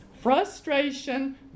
frustration